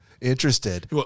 interested